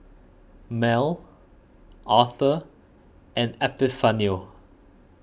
Mal Author and Epifanio